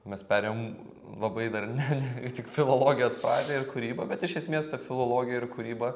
mes perėjom labai dar ne ir tik filologijos pradžią ir kūrybą bet iš esmės ta filologija ir kūryba